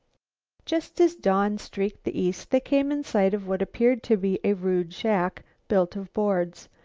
just as dawn streaked the east they came in sight of what appeared to be a rude shack built of boards.